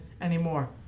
anymore